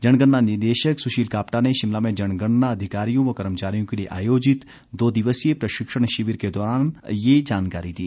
जनगणना निदेशक सुशील कापटा ने शिमला में जनगणना अधिकारियों व कर्मचारियों के लिए आयोजित दो दिवसीय प्रशिक्षण शिविर के उदघाटन अवसर पर ये जानकारी दी